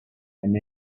and